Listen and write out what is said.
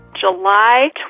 July